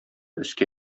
өскә